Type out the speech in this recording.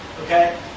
Okay